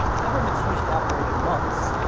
governments usually operate in months.